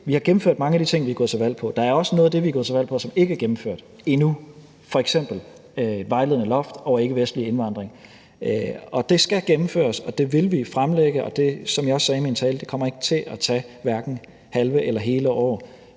vi har gennemført mange af de ting, som vi er gået til valg på. Der er også noget af det, som vi er gået til valg på, som ikke er gennemført endnu, f.eks. et vejledende loft over ikkevestlig indvandring, og det skal gennemføres, og det vil vi fremlægge, og som jeg også sagde i min tale, kommer det hverken til at tage halve eller hele år.